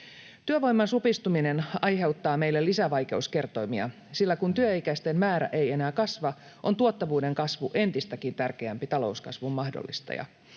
Työvoiman supistuminen aiheuttaa meille lisävaikeuskertoimia, sillä kun työikäisten määrä ei enää kasva, on tuottavuuden kasvu entistäkin tärkeämpi talouskasvun mahdollistaja.